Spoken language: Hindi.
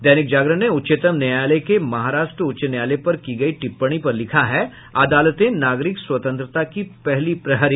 दैनिक जागरण ने उच्चतम न्यायालय के महाराष्ट्र उच्च न्यायालय पर की गई टिप्पणी पर लिखा है अदालतें नागरिक स्वतंत्रता की पहली प्रहरी